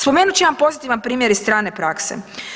Spomenut ću jedan pozitivan primjer iz strane prakse.